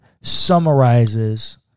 summarizes